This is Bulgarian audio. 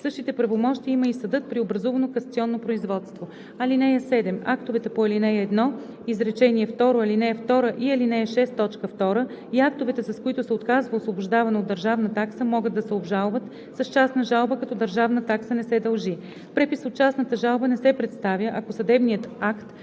същите правомощия има и съдът при образувано касационно производство. (7) Актовете по ал. 1, изречение второ, ал. 2 и ал. 6, т. 2 и актовете, с които се отказва освобождаване от държавна такса, могат да се обжалват с частна жалба, като държавна такса не се дължи. Препис от частната жалба не се представя, ако съдебният акт